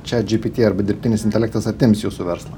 chatgpt arba dirbtinis intelektas atims jūsų verslą